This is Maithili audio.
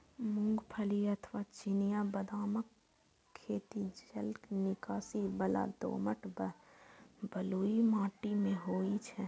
मूंगफली अथवा चिनिया बदामक खेती जलनिकासी बला दोमट व बलुई माटि मे होइ छै